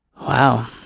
Wow